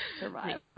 survive